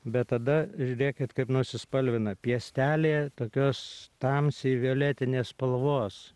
bet tada žiūrėkit kaip nusispalvina piestelė tokios tamsiai violetinės spalvos